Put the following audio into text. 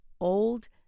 old